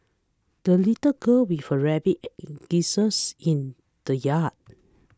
the little girl before rabbit and geese's in the yard